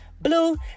blue